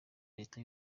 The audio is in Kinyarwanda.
leta